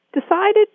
decided